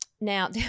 Now